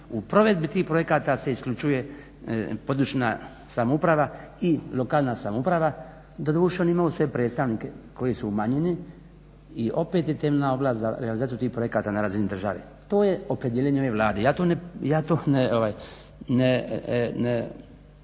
u provedbi tih projekata se isključuje područna samouprava i lokalna samouprava. Doduše oni imaju svoje predstavnike koji su u manjini i opet je temeljna ovlast za realizaciju tih projekata na razini države. To je opredjeljenje ove Vlade, ja to ne